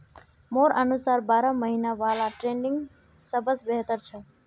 मोर अनुसार बारह महिना वाला ट्रेनिंग सबस बेहतर छ